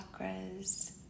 chakras